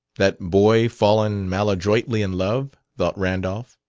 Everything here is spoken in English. that boy fallen maladroitly in love? thought randolph.